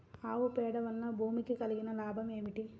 ఆవు పేడ వలన భూమికి కలిగిన లాభం ఏమిటి?